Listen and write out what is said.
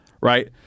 right